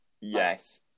Yes